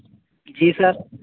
जी sir